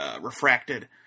refracted